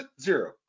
zero